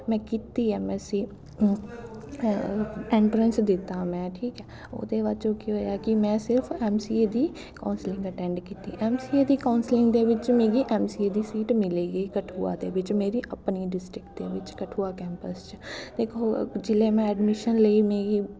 में कीती M S C entrance दित्ता में ठीक ऐ ओह्दे बाद च केह् होएया कि में सिर्फ ऐम सी ए दी कौंसलिंग अटैंड कीती ऐम सी ए दी कौंसलिंग दे बिच्च मिगी ऐम सी ए दी सीट मिली गेई कठुआ दे बिच्च मेरी अपनी डिस्टिक दे बिच्च कठुआ कैंपस च ते जिल्लै में एडमिशन लेई मिगी